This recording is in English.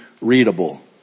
readable